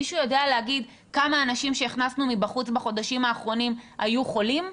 מישהו יודע להגיד כמה אנשים שהכנסנו מבחוץ בחודשים האחרונים היו חולים?